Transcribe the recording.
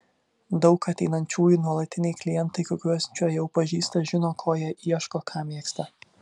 daug ateinančiųjų nuolatiniai klientai kuriuos čia jau pažįsta žino ko jie ieško ką mėgsta